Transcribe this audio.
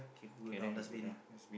k put down dustbin